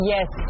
Yes